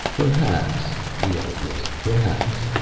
perhaps, leoh admitted. perhaps.